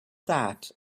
that